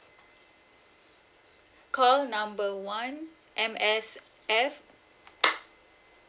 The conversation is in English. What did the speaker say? call number one M_S_F